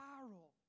spiral